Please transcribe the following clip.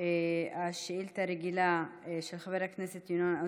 נתחיל בשאילתות רגילות לשר לביטחון הפנים.